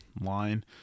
line